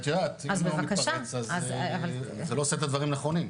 אם הוא מתפרץ, אז זה לא עושה את הדברים נכונים.